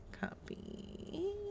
Copy